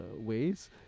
ways